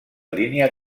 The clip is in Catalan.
línia